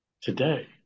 today